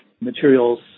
materials